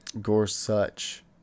Gorsuch